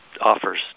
offers